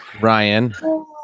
Ryan